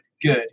Good